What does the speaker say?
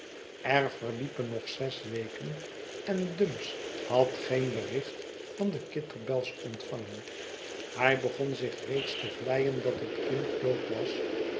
er verliepen nog zes weken en dumps had geen bericht van de kitterbells ontvangen hij begon zich reeds te vleien dat het kind dood was